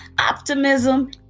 optimism